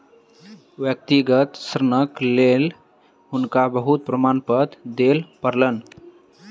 व्यक्तिगत ऋणक लेल हुनका बहुत प्रमाणपत्र दिअ पड़लैन